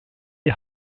die